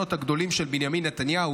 מהכישלונות הגדולים של בנימין נתניהו.